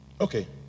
Okay